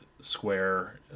square